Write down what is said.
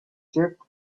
jerk